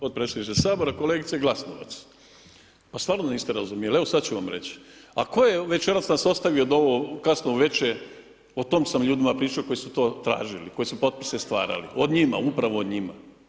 Potpredsjedniče Sabora, kolegice Glasovac, pa stvarno me niste razumjeli, evo sada ću vam reći, a tko je večeras nas ostavio do ovo kasno veče, o tom sam ljudima pričao, koji su to tražili, koji su potpise stvarali, o njima, upravo o njima.